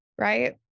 right